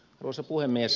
arvoisa puhemies